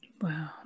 Wow